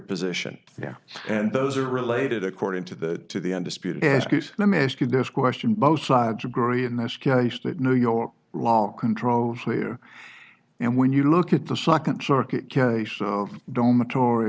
position yeah and those are related according to the to the undisputed ask you let me ask you this question both sides agree in this case that new york law controls and when you look at the second circuit doma tor